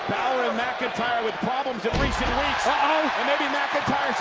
mcintyre with problems in recent weeks and maybe mcintyre,